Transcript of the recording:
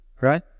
Right